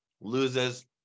loses